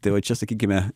tai va čia sakykime